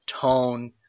tone